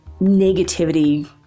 negativity